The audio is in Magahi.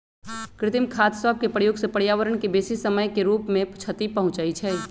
कृत्रिम खाद सभके प्रयोग से पर्यावरण के बेशी समय के रूप से क्षति पहुंचइ छइ